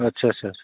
आच्चा चा चा